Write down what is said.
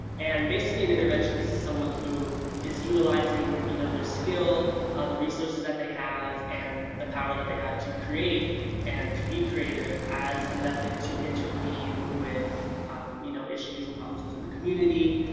and basically an interventionist is someone who is utilizing you know their skill, um the resources that they have, and the power that they have to create and to be creative as a method to intervene with you know issues and problems within the community,